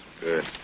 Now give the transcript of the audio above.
Good